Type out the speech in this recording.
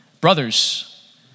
Brothers